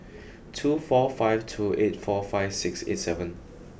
two four five two eight four five six eight seven